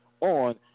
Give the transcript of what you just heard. on